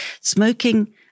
Smoking